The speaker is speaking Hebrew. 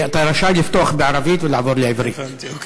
אתה רשאי לפתוח בערבית ולעבור לעברית.